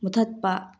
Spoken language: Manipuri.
ꯃꯨꯊꯠꯄ